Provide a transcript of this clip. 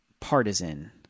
partisan